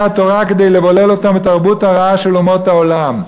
התורה כדי לבולל אותם בתרבות הרעה של אומות העולם.